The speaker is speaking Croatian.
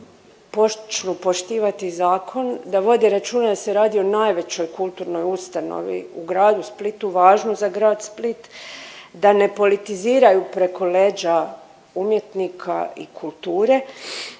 da počnu poštivati zakon, da vode računa jer se radi o najvećoj kulturnoj ustanovi u gradu Splitu, važnoj za grad Split, da ne politiziraju preko leđa umjetnika i kulture